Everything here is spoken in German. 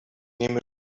nehme